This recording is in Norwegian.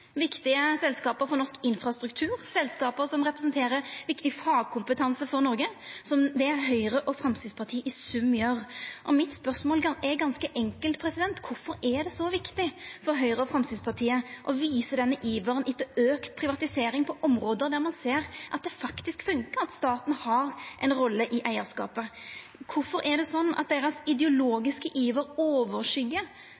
viktige selskap for norsk infrastruktur, selskap som representerer viktig fagkompetanse for Noreg – som det Høgre og Framstegspartiet i sum gjer. Mitt spørsmål er ganske enkelt: Kvifor er det så viktig for Høgre og Framstegspartiet å visa denne iveren etter auka privatisering på område der me ser at det faktisk fungerer at staten har ei rolle i eigarskapet? Kvifor er det sånn at